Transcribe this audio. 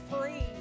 free